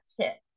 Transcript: tip